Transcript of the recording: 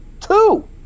two